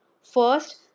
First